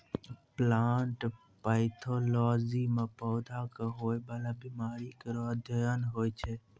plant pathology म पौधा क होय वाला बीमारी केरो अध्ययन होय छै